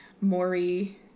Maury